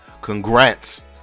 congrats